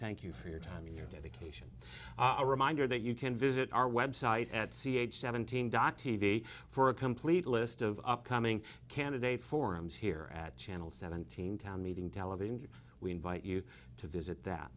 thank you for your time your dedication a reminder that you can visit our website at c h seventeen dr levy for a complete list of upcoming candidates forums here at channel seventeen town meeting television we invite you to visit that